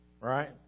right